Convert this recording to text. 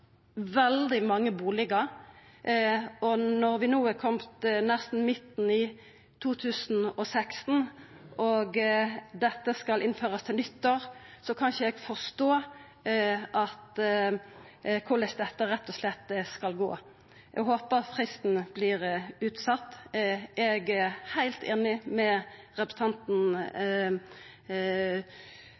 veldig mange bustader. Når vi no er nesten midt i 2016 og dette skal innførast ved nyttår, kan eg rett og slett ikkje forstå korleis dette skal gå. Eg håper fristen vert utsett. Eg er heilt einig med representanten